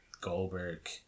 Goldberg